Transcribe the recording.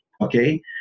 Okay